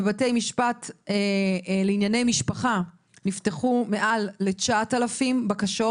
בבתי המשפט לענייני משפחה בישראל נפתחו מעל ל-9,000 בקשות